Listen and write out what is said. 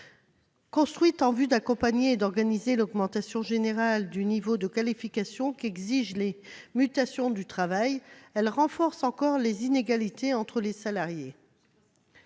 Construite en vue d'accompagner et d'organiser l'augmentation générale du niveau de qualifications exigée par les mutations du travail, elle renforce encore les inégalités entre les salariés.